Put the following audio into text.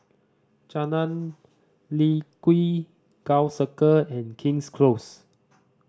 Jalan Lye Kwee Gul Circle and King's Close